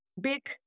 big